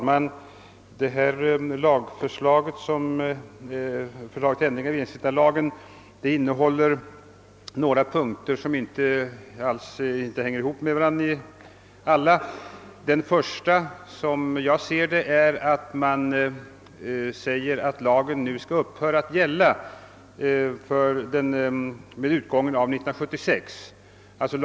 Herr talman! Förslaget om ändring i ensittarlagen innehåller några punkter som inte står i samband med varandra. Den första punkten avser att lagen skall upphöra att gälla i och med utgången av år 1976.